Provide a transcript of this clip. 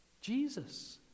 Jesus